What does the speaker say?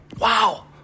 Wow